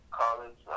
college